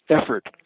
effort